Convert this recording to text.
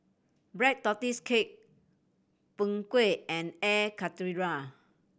Black Tortoise Cake Png Kueh and Air Karthira